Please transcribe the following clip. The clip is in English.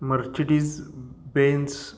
Mercedes Benz